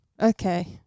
Okay